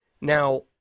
Now